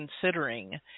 considering